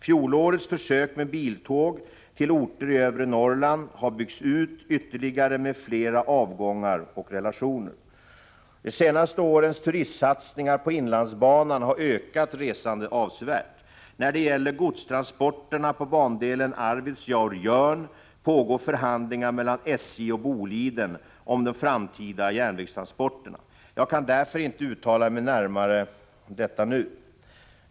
Fjolårets försök med biltåg till orter i övre Norrland har byggts ut ytterligare med flera avgångar och relationer. De senaste årens turistsatsningar på inlandsbanan har ökat resandet avsevärt. När det gäller godstransporterna på bandelen Arvidsjaur-Jörn pågår förhandlingar mellan SJ och Boliden om de framtida järnvägstransporterna. Jag kan därför inte uttala mig närmare om detta nu.